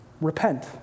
repent